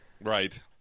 Right